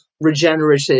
regenerative